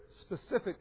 specific